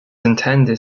intended